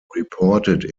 reported